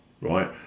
right